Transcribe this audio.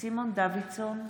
סימון דוידסון,